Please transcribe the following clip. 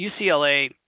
UCLA